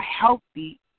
healthy